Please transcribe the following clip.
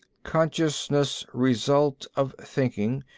consciousness result of thinking.